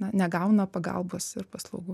na negauna pagalbos ir paslaugų